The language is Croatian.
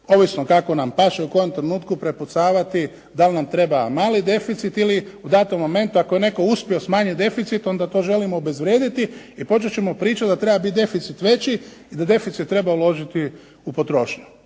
ovisno kako nam paše u kojem trenutku prepucavati dal' nam treba mali deficit ili u datom momentu ako je netko uspio smanjiti deficit onda to želimo obezvrijediti i počet ćemo pričati da treba biti deficit veći i da deficit treba uložiti u potrošnju.